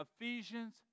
Ephesians